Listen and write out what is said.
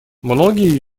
многие